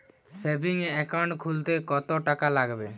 Savings account খুলতে কতটাকা লাগবে?